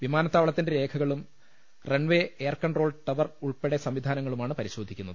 വിമാനത്താവളത്തിന്റെ രേഖകളും runway air control tower ഉൾപ്പെടെ സംവിധാനങ്ങളുമാണ് പരിശോ ധിക്കുന്നത്